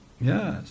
Yes